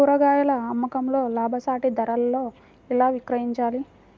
కూరగాయాల అమ్మకంలో లాభసాటి ధరలలో ఎలా విక్రయించాలి?